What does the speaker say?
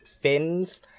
fins